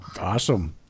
Awesome